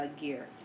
gear